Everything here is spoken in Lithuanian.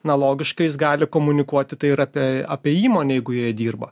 na logiškai jis gali komunikuoti tai ir apie apie įmonę jeigu joje dirba